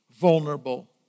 vulnerable